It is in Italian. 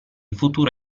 futuro